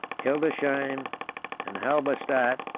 hildesheim, and halberstadt,